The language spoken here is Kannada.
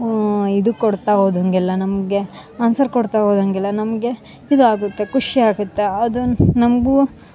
ಇದು ಕೊಡ್ತಾ ಹೋದಂಗೆಲ್ಲ ನಮಗೆ ಆನ್ಸರ್ ಕೊಡ್ತಾ ಹೋದಂಗೆಲ್ಲ ನಮಗೆ ಇದಾಗುತ್ತೆ ಖುಷಿ ಆಗುತ್ತೆ ಅದು ನಮಗೂ